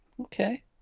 Okay